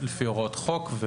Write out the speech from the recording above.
לפי הוראות חוק.